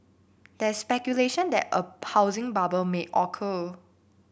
there speculation that a housing bubble may occur